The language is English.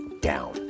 down